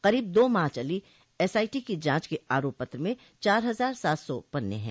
करीब दो माह चली एसआईटी की जांच के आरोप पत्र में चार हजार सात सौ पन्ने हैं